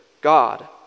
God